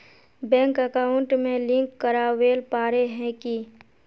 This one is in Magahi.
बैंक अकाउंट में लिंक करावेल पारे है की?